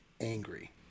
angry